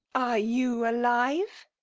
you alive?